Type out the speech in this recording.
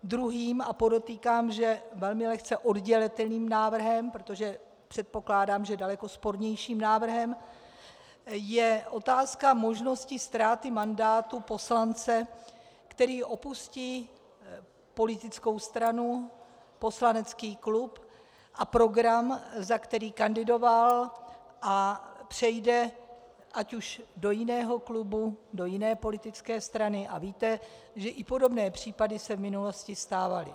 Druhým, a podotýkám, že velmi lehce oddělitelným návrhem, protože předpokládám, že daleko spornějším návrhem, je otázka možnosti ztráty mandátu poslance, který opustí politickou stranu, poslanecký klub a program, za který kandidoval, a přejde ať už do jiného klubu, do jiné politické strany, a víte, že i podobné případy se v minulosti stávaly.